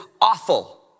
awful